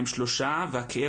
אז אני בהחלט מודה על הדיון הזה.